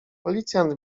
policjant